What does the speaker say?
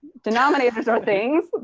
denominators are things.